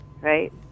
right